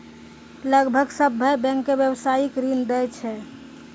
लगभग सभ्भे बैंकें व्यवसायिक ऋण दै छै